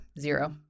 Zero